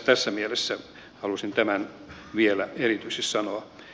tässä mielessä halusin tämän vielä erityisesti sanoa